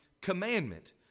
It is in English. commandment